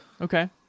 Okay